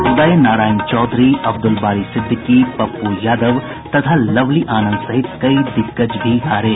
उदय नारायण चौधरी अब्दुल बारी सिद्दीकी पप्पू यादव तथा लवली आनंद सहित कई दिग्गज भी हारे